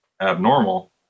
abnormal